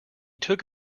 took